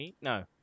no